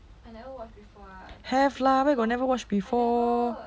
have lah where got never watch before